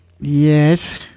Yes